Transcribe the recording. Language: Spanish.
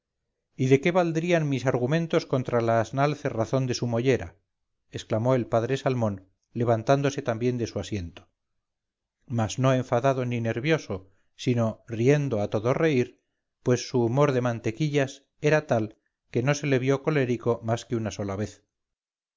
y de qué valdrían mis argumentos contra la asnal cerrazón de su mollera exclamó el padre salmón levantándose también de su asiento mas no enfadado ni nervioso sino riendo a todo reír pues su humor de mantequillas era tal que no se le vio colérico mas que una sola vez